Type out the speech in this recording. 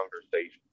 conversation